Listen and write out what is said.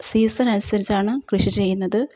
season അനുസരിച്ചാണ് കൃഷി ചെയ്യുന്നത്